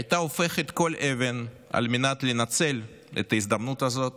הייתה הופכת כל אבן על מנת לנצל את ההזדמנות הזאת